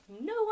no